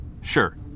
Sure